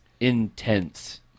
intense